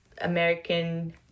American